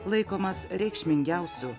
laikomas reikšmingiausiu